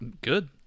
good